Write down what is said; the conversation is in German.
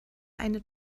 eine